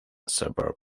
suburb